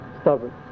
stubborn